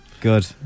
Good